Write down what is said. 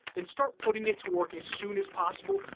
then start putting it to work as soon as possible,